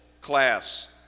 class